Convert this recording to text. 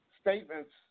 statements